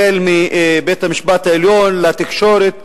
החל בבית-המשפט העליון, התקשורת,